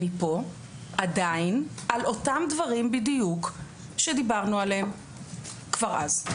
אני פה עדיין על אותם דברים בדיוק שדיברנו עליהם כבר אז.